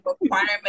requirement